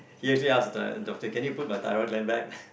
he actually asked the doctor can you put my thyroid gland back